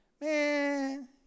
man